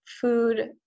food